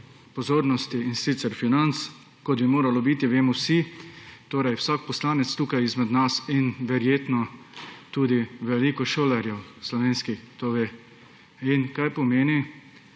pozornosti, in sicer financ, kot bi moralo biti, vemo vsi, vsak poslanec tukaj izmed nas in verjetno tudi veliko slovenskih šolarjev to ve. Kaj to pomeni?